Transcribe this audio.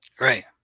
Right